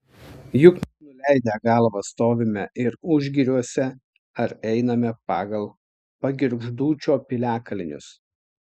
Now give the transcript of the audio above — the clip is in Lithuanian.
juk nuleidę galvas stovime ir užgiriuose ar einame pagal pagirgždūčio piliakalnius